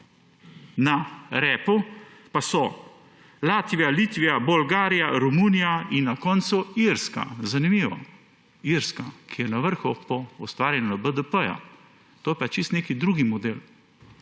Na repu pa so Latvija, Litva, Bolgarija, Romunija in na koncu Irska. Zanimivo! Irska, ki je na vrhu po ustvarjanju BDP, to je pa čisto drug model.